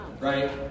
right